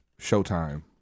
Showtime